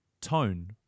tone